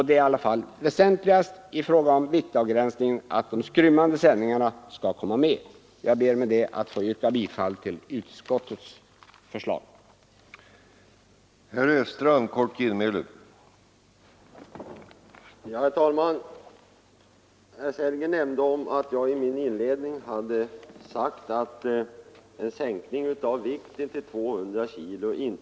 Det är ändå väsentligast, i fråga om viktavgränsningen, att de skrymmande sändningarna tas med. Herr talman! Jag ber att med det anförda få yrka bifall till utskottets hemställan.